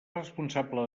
responsable